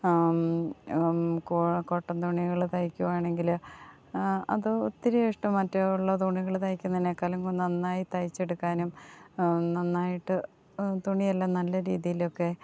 cotton തുണികൾ തയ്ക്കുകയാണെങ്കിൽ അത് ഒത്തിരി ഇഷ്ടം മറ്റുള്ള തുണികൾ തയ്ക്കുന്നതിനെക്കാളും നന്നായി തയ്ച്ചെടുക്കാനും നന്നായിട്ട് തുണിയെല്ലാം നല്ല രീതിയിലൊക്കെ